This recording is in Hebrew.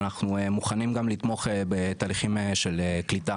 אנחנו מוכנים גם לתמוך בתהליכים של קליטה,